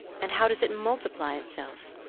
and how does it multiply itself?